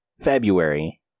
February